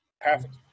perfect